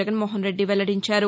జగన్మోహన్రెడ్డి వెల్లడించారు